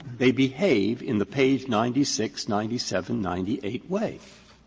they behave in the page ninety six, ninety seven, ninety eight way.